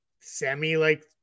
semi-like